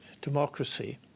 democracy